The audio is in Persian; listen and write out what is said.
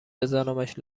بذارمش